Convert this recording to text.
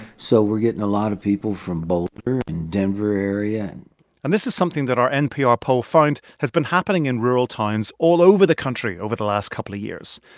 so we're getting a lot of people from boulder and denver area and and this is something that our npr poll found has been happening in rural times all over the country over the last couple of years.